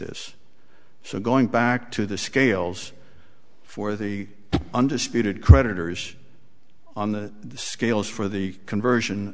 this so going back to the scales for the undisputed creditors on the scales for the conversion